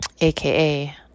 aka